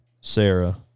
Sarah